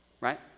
Right